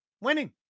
Winning